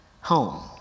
Home